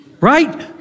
Right